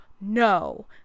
no